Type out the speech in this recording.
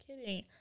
Kidding